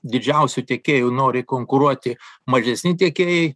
didžiausiu tiekėju nori konkuruoti mažesni tiekėjai